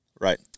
Right